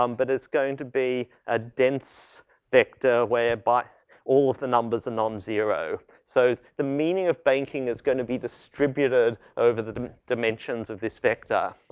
um but it's going to be a dense vector where by all of the numbers are non-zero. so the meaning of banking is going to be distributed over the dim dimensions of this vector.